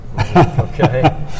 Okay